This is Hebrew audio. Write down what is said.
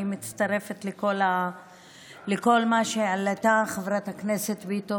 אני מצטרפת לכל מה שהעלתה חברת הכנסת ביטון